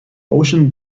ocean